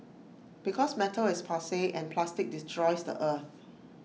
because metal is passe and plastic destroys the earth